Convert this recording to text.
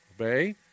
obey